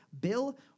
Bill